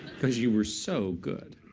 because you were so good.